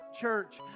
Church